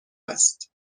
است